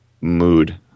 mood